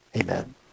amen